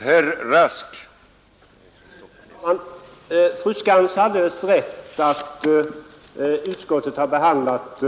Herr talman! Fru Skantz har alldeles rätt när hon säger att utskottet behandlat